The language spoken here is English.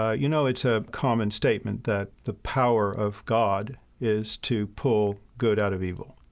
ah you know, it's a common statement that the power of god is to pull good out of evil.